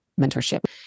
mentorship